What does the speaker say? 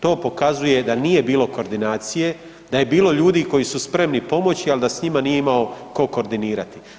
To pokazuje da nije bilo koordinacije, da je bilo ljudi koji su spremni pomoći ali da s njima nije imao ko koordinirati.